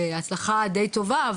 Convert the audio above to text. בהצלחה די טובה,